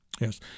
Yes